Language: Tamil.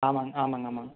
ஆமாங்க ஆமாங்க ஆமாங்க